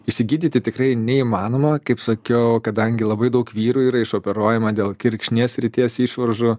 išsigydyti tikrai neįmanoma kaip sakiau kadangi labai daug vyrų yra išoperuojama dėl kirkšnies srities išvaržų